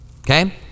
okay